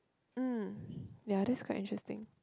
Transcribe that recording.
mm ya that's quite interesting